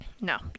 No